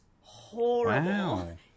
horrible